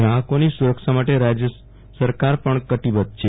ગ્રાહકોની સુરક્ષા માટે રાજ્ય સરકાર પણ કટીબધ્ધ છે